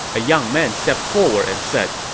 a young man stepped forward and said,